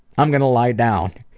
i'm going to lie down.